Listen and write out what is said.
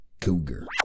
cougar